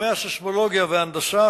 בתחומי הסיסמולוגיה וההנדסה,